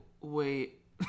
wait